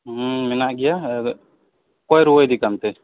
ᱦᱮᱸ ᱢᱮᱱᱟᱜ ᱜᱮᱭᱟ ᱚᱠᱚᱭ ᱨᱩᱣᱟᱹᱭᱮᱫᱮ ᱠᱟᱱᱛᱮ